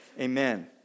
Amen